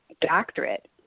doctorate